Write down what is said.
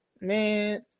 man